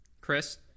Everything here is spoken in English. Chris